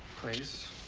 please.